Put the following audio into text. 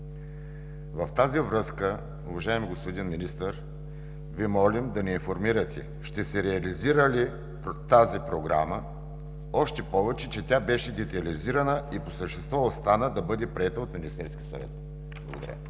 В тази връзка, уважаеми господин Министър, Ви молим да ни информирате: ще се реализира ли тази програма, още повече, че тя беше детайлизирана и по същество остана да бъде приета от Министерския съвет? Благодаря